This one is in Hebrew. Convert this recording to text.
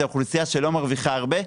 זו אוכלוסייה שלא מרוויחה הרבה,